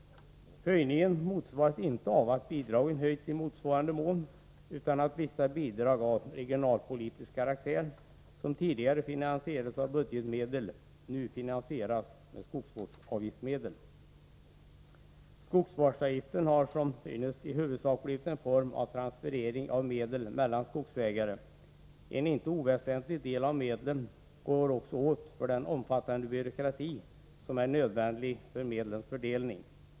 Höjningen motsvaras inte av att bidragen höjs i motsvarande mån utan beror på att vissa bidrag av regionalpolitisk karaktär som tidigare finansierats av budgetmedel nu finansieras med skogsvårdsavgiftsmedel. Skogsvårdsavgiften har som synes i huvudsak blivit en form för transferering av medel mellan skogsägare. En inte oväsentlig del av medlen går också åt för den omfattande byråkrati som är nödvändig för medlens fördelning.